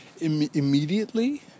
Immediately